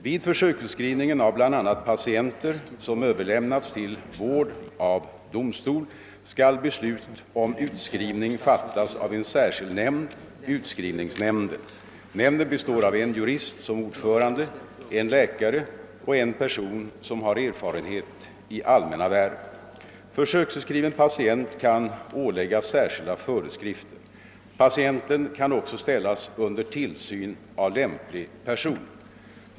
Vid försöksutskrivning av bl.a. patienter, som överlämnats till vård av domstol, skall beslut om utskrivningen fattas av en särskild nämnd, utskrivningsnämnden. Nämnden består av en jurist som ordförande, en läkare och en person som har erfarenhet i allmänna värv. Försöksutskriven patient kan åläggas särskilda föreskrifter. Patienten kan också ställas under tillsyn av lämplig person.